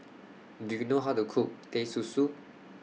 Do YOU know How to Cook Teh Susu